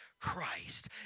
Christ